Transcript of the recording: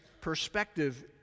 perspective